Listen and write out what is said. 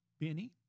Benny